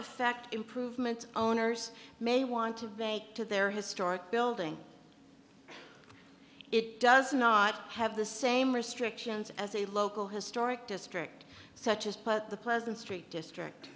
affect improvement owners may want to break to their historic building it does not have the same restrictions as a local historic district such as put the present street district